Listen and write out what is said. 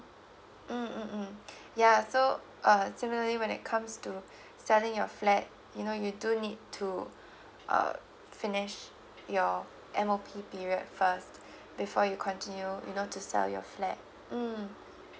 mm mm mm ya so uh definitely when it comes to selling your flat you know you do need to uh finish your M_O_P period first before you continue you know to sell your flat mm